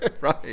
Right